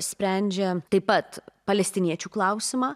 sprendžia taip pat palestiniečių klausimą